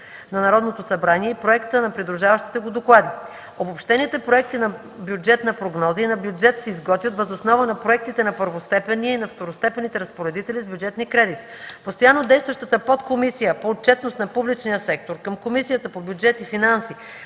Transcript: на Народното събрание и проекта на придружаващите ги доклади. Обобщените проекти на бюджетна прогноза и на бюджет се изготвят въз основа на проектите на първостепенния и на второстепенните разпоредители с бюджетни кредити. Постоянно действащата подкомисия по отчетност на публичния сектор към Комисията по бюджет и финанси